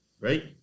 right